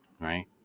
Right